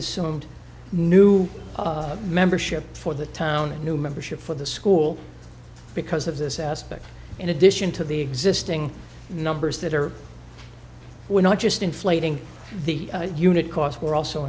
assumed new membership for the town new membership for the school because of this aspect in addition to the existing numbers that are we're not just inflating the unit costs are also